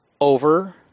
over